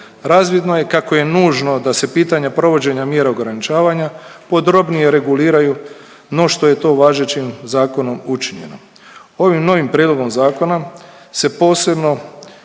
razvidno je kako je nužno da se pitanje provođenja mjera ograničavanja podrobnije reguliraju no što je to važećim zakonom učinjeno. Ovim novim prijedlogom zakona se posebno,